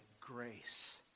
grace